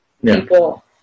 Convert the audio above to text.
people